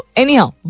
anyhow